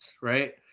Right